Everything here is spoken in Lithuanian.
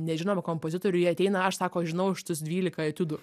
nežinomų kompozitorių jie ateina aš sako žinau šitus dvylika etiudų